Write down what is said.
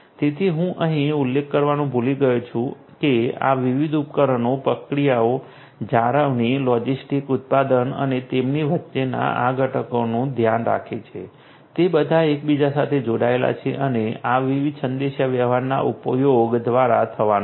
તેથી હું અહીં ઉલ્લેખ કરવાનું ભૂલી ગયો છું કે આ વિવિધ ઉપકરણો પ્રક્રિયાઓ જાળવણી લોજિસ્ટિક્સ ઉત્પાદન અને તેમની વચ્ચેના આ ઘટકોનું ધ્યાન રાખે છે તે બધા એકબીજા સાથે જોડાયેલા છે અને આ વિવિધ સંદેશાવ્યવહારના ઉપયોગ દ્વારા થવાનું છે